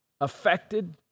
affected